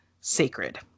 sacred